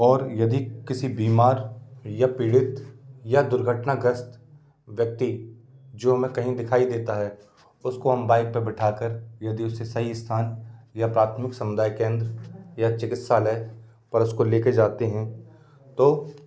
और यदि किसी बीमार या पीड़ित या दुर्घटनाग्रस्त व्यक्ति जो हमें कहीं दिखाई देता है उसको हम बाइक पर बिठा कर यदि उसे सही स्थान या प्राथमिक समुदाय केंद्र या चिकित्सालय पर उसको लेकर जाते हें तो